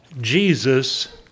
Jesus